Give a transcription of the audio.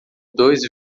dois